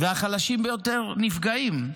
והחלשים ביותר נפגעים.